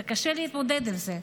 וקשה להתמודד עם זה.